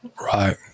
Right